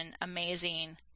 amazing